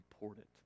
important